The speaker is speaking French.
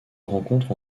rencontre